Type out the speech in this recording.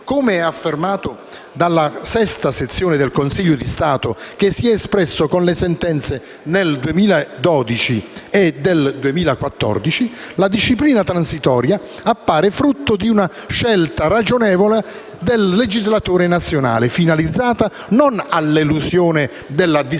Come affermato dalla VI sezione del Consiglio di Stato, che si è espresso con le sentenze del 2012 e del 2014, la disciplina transitoria appare frutto «di una scelta ragionevole del legislatore nazionale, finalizzata non all'elusione della disposizione